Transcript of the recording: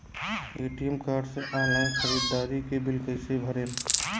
ATM card से online ख़रीदारी के बिल कईसे भरेम?